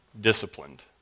disciplined